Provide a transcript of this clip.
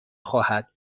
خواهد